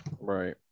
Right